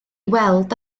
weld